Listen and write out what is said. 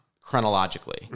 chronologically